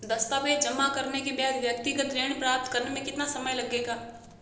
दस्तावेज़ जमा करने के बाद व्यक्तिगत ऋण प्राप्त करने में कितना समय लगेगा?